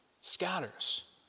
scatters